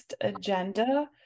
agenda